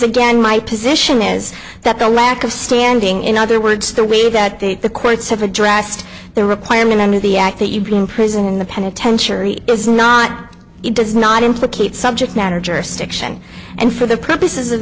again my position is that the lack of standing in other words the way that they the courts have addressed the requirement under the act that you play in prison in the penitentiary does not it does not implicate subject matter jurisdiction and for the purposes of